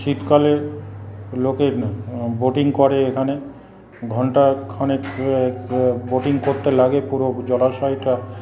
শীতকালে লোকে বোটিং করে এখানে ঘণ্টাখানেক বোটিং করতে লাগে পুরো জলাশয়টা